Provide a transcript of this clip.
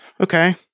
Okay